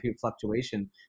fluctuation